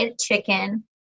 chicken